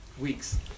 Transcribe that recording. weeks